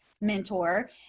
mentor